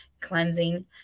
cleansing